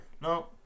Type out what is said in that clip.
No